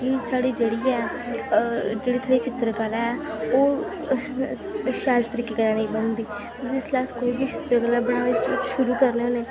कि साढ़ी जेह्ड़ी ऐ जेह्ड़ी साढ़ी चित्तरकला ऐ ओह् शैल तरीके कन्नै नेईं बनदी जिसलै अस कोई बी चित्तरकला बनानी शु शुरू करने होन्ने